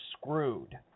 screwed